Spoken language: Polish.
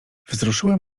wzruszyłem